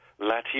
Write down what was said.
Latium